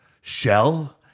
shell